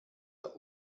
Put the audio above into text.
der